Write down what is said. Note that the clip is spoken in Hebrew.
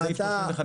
לסעיף 35(ג).